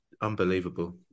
Unbelievable